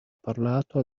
parlato